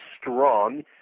strong